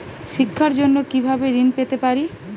শিক্ষার জন্য কি ভাবে ঋণ পেতে পারি?